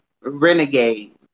Renegade